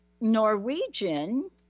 Norwegian